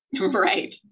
Right